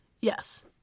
yes